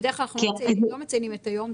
בדרך כלל אנחנו לא מציינים את היום.